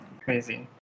Crazy